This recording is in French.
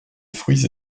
fruits